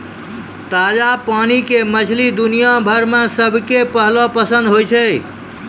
ताजा पानी के मछली दुनिया भर मॅ सबके पहलो पसंद होय छै